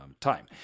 time